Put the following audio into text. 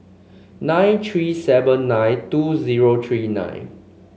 nine three seven nine two zero three nine